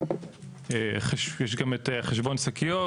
יש גם את חשבון שקיות,